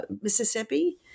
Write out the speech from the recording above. Mississippi